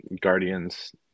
Guardians